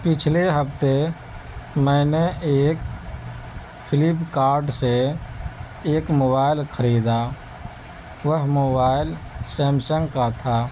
پچھلے ہفتے میں نے ایک فلپکارٹ سے ایک موبائل خریدا وہ موبائل سیمسنگ کا تھا